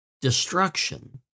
destruction